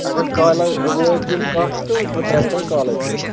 اگر کالَے وٲتۍ یِم کَٹھ تہٕ بہٕ ترٛاوٕ تۄہہِ کالَے تیٚلہِ